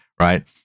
right